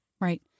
Right